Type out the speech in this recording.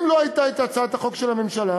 אם לא הייתה הצעת החוק של הממשלה,